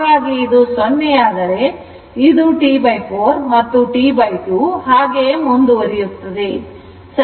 ಹಾಗಾಗಿ ಇದು 0 ಆದರೆ ಇದು T4 ಮತ್ತು T2 ಹಾಗೆಯೇ ಮುಂದುವರಿಯುತ್ತದೆ